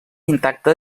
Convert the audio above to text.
intacte